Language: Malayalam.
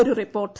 ഒരു റിപ്പോർട്ട്